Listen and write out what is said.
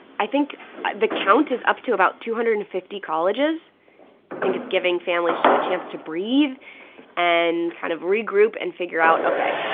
i think the count is up to about two hundred and fifty colleges. i think it's giving families just a chance to breathe and kind of regroup and figure out ok,